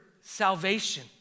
salvation